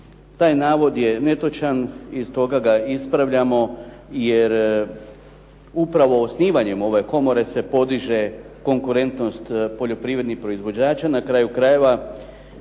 Taj navod je netočan i stoga ga ispravljamo jer upravo osnivanjem ove komore se podiže konkurentnost poljoprivrednih proizvođača, na kraju krajeva